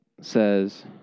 says